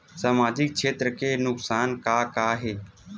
सामाजिक क्षेत्र के नुकसान का का हे?